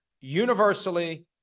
universally